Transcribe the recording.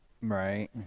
Right